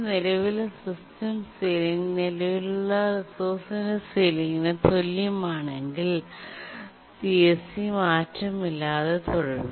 നിലവിലെ system ceiling നിലവിലുള്ള റിസോഴ്സിന്റെ സീലിംഗിന് തുല്യമാണെങ്കിൽ CSC മാറ്റമില്ലാതെ തുടരുന്നു